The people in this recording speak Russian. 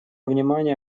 внимание